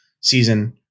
season